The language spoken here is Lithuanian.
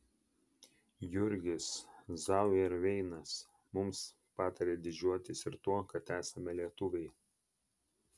jurgis zauerveinas mums patarė didžiuotis ir tuo kad esame lietuviai